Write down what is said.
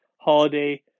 holiday